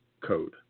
code